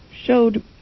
showed